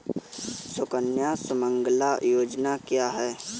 सुकन्या सुमंगला योजना क्या है?